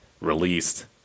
released